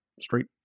straight